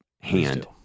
hand